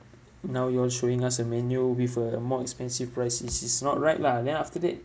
now you are showing us a menu with a more expensive price which is not right lah then after that